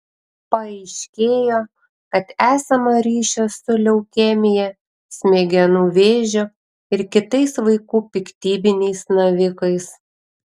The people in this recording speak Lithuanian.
paaiškėjo kad esama ryšio su leukemija smegenų vėžiu ir kitais vaikų piktybiniais navikais